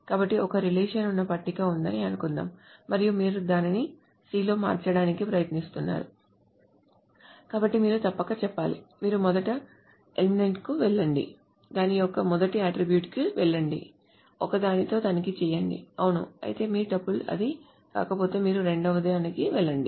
కాబట్టి ఒక రిలేషన్ ఉన్న పట్టిక ఉందని అనుకుందాం మరియు మీరు దానిని C లో మార్చటానికి ప్రయత్నిస్తున్నారు కాబట్టి మీరు తప్పక చెప్పాలి మీరు మొదటి ఎలిమెంట్ కి వెళ్లండి దాని యొక్క మొదటి అట్ట్రిబ్యూట్ కి వెళ్ళండి ఒకదానితో తనిఖీ చేయండి అవును ఐతే మీ అవుట్పుట్ అది కాకపోతే మీరు రెండవదానికి వెళ్లండి